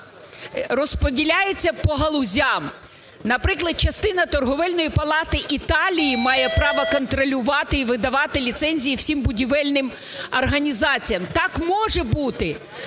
розподіляється по галузям. Наприклад, частина Торговельної палати Італії має право контролювати і видавати ліцензії всім будівельним організаціям. Так може бути.